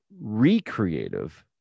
recreative